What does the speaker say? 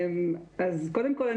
אז קודם כול,